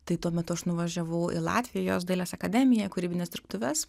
tai tuo metu aš nuvažiavau į latvijos dailės akademiją kūrybines dirbtuves